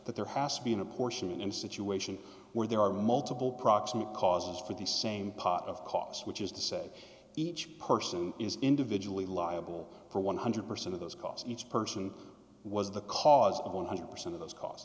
that there has been a portion in a situation where there are multiple proximate causes for the same part of costs which is to say each person is individually liable for one hundred percent of those costs each person was the cause of one hundred percent of those c